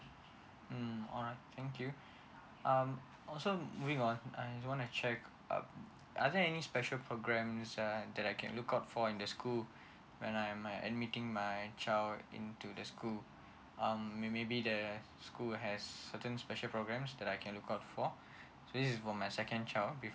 uh alright thank you um also moving on I just wanna check um are there any special programs um that I can look out for in the school when I admitting my child into the school um maybe their school has certain special programs that I can look out for so this is for my second child with